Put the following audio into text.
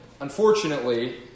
unfortunately